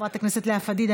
חברת הכנסת לאה פדידה,